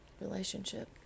relationship